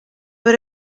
but